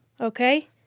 Okay